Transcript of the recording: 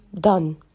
done